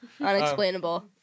Unexplainable